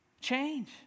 change